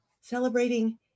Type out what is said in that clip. celebrating